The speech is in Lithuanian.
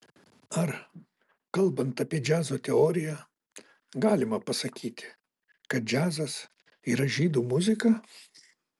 ar kalbant apie džiazo teoriją galima pasakyti kad džiazas yra žydų muzika